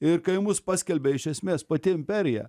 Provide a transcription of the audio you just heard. ir kai mus paskelbė iš esmės pati imperija